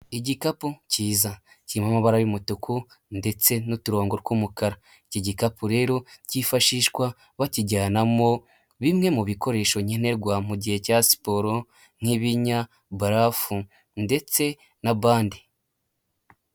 Igikapu cyiza, cyirimo amabara y'umutuku ndetse n'uturongo tw'umukara. Iki gikapu rero cyifashishwa bakijyanamo bimwe mu bikoresho nkenerwa mu gihe cya siporo nk'ibinya, barafu, ndetse na bandi.